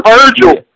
Virgil